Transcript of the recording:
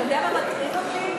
אתה יודע מה מטריד אותי?